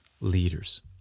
leaders